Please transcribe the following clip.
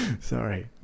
Sorry